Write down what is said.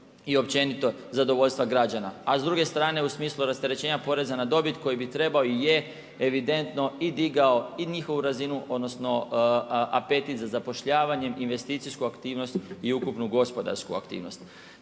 i općenito zadovoljstva građana. A s druge strane u smislu rasterećenja poreza na dobit koji bi trebao i je evidentno i digao i njihovu razinu, odnosno apetit za zapošljavanje, investicijsku aktivnost i ukupnu gospodarsku aktivnost.